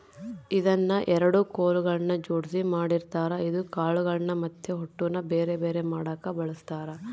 ಇದನ್ನ ಎರಡು ಕೊಲುಗಳ್ನ ಜೊಡ್ಸಿ ಮಾಡಿರ್ತಾರ ಇದು ಕಾಳುಗಳ್ನ ಮತ್ತೆ ಹೊಟ್ಟುನ ಬೆರೆ ಬೆರೆ ಮಾಡಕ ಬಳಸ್ತಾರ